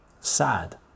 Sad